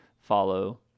follow